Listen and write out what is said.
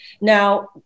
Now